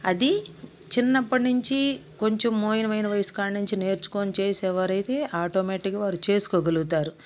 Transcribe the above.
అది చిన్నప్పటినుంచి కొంచెం మోయనమైన వయస్సు కానుంచి నేర్చుకొని చేసేవారైతే ఆటోమేటిక్ వారు చేసుకోగలుగుతారు